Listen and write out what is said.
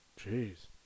Jeez